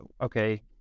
okay